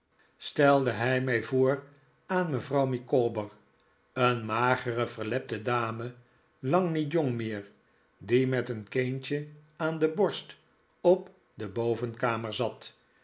stelde hij mij voor aan mevrouw micawber een magere verlepte dame lang niet jong meer die met een kindje aan de borst op de bovenkamer zat